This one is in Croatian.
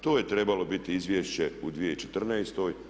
To je trebalo biti izvješće u 2014.